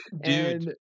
Dude